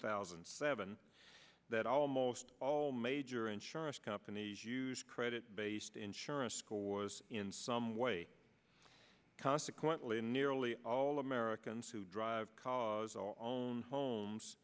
thousand and seven that almost all major insurance companies use credit based insurance school was in some way consequently nearly all americans who drive cause our own homes